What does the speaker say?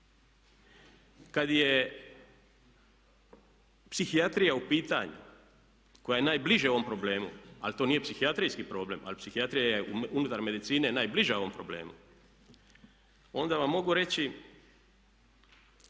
Kada je psihijatrija u pitanju koja je najbliže ovom problemu, ali to nije psihijatrijski problem ali psihijatrija je unutar medicine najbliža ovom problemu. Onda vam mogu reći